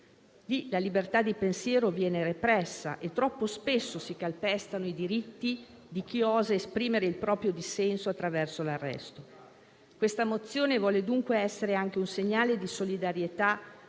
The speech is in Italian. Lì la libertà di pensiero viene repressa e troppo spesso si calpestano i diritti di chi osa esprimere il proprio dissenso, attraverso l'arresto. Questa mozione vuole dunque essere anche un segnale di solidarietà